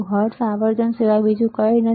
hertz આવર્તન સિવાય બીજું કંઈ નથી